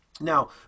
Now